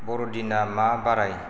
बरदिना मा बारै